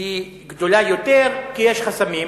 היא גדולה יותר, כי יש חסמים.